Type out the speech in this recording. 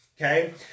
okay